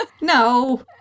No